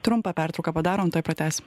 trumpą pertrauką padarom tuoj pratęsim